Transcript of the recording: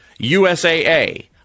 USAA